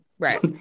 Right